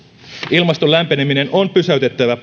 ilmaston lämpeneminen on pysäytettävä